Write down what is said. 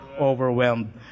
overwhelmed